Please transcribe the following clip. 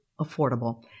affordable